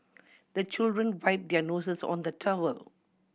the children wipe their noses on the towel